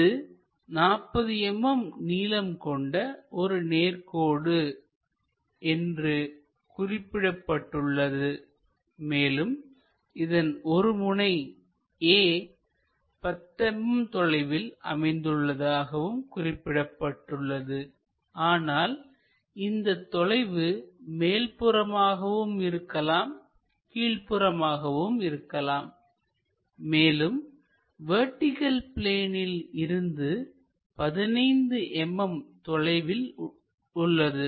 இது 40 mm நீளம் கொண்ட ஒரு நேர்கோடு என்று குறிப்பிடப்பட்டுள்ளது மேலும் இதன் ஒரு முனை A 10 mm தொலைவில் அமைந்துள்ளதாகவும் குறிப்பிடப்பட்டுள்ளது ஆனால் இந்தத் தொலைவு மேல்புறம் ஆகவும் இருக்கலாம் கீழ்ப்புறம் ஆகவும் இருக்கலாம் மேலும் வெர்டிகள் பிளேனில் இருந்து 15 mm தொலைவிலும் உள்ளது